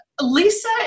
Lisa